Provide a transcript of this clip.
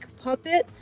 puppet